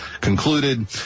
concluded